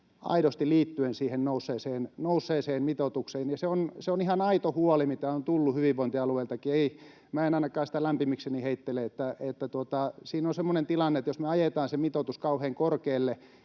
aidosti liittyen siihen nousseeseen mitoitukseen. Se on ihan aito huoli, mitä on tullut hyvinvointialueiltakin, minä en ainakaan sitä lämpimikseni heittele. Siinä on semmoinen tilanne, että jos me ajetaan se mitoitus kauhean korkealle